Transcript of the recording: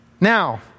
now